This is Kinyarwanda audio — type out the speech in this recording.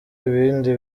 ibindi